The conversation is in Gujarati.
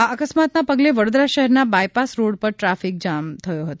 આ અકસ્માતના પગલે વડોદરા શહેરના બાયપાસ રોડ ઉપર ટ્રાફિક જામ સર્જાયો હતો